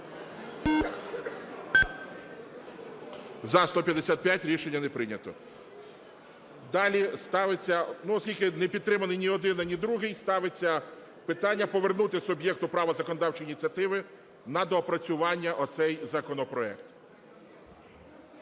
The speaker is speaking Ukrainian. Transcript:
За-155 Рішення не прийнято. Далі ставиться… Оскільки не підтриманий ні один, ні другий, ставиться питання повернути суб'єкту права законодавчої ініціативи на доопрацювання оцей законопроект.